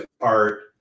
art